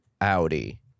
Audi